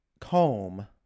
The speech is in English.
comb